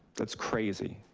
that's crazy.